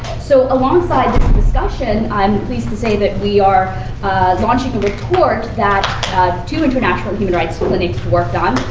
so alongside this discussion, i'm pleased to say that we are launching a report that two international human rights clinics worked on.